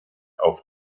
auf